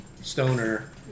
Stoner